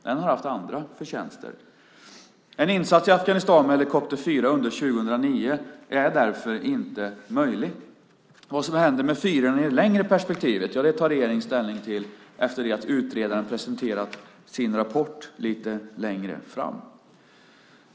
Den har haft andra förtjänster. En insats i Afghanistan med helikopter 4 under 2009 är därför inte möjlig. Vad som händer med fyrorna i det längre perspektivet tar regeringen ställning till efter att utredaren presenterat sin rapport lite längre fram.